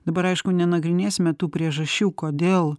dabar aišku nenagrinėsime tų priežasčių kodėl